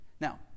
Now